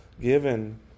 given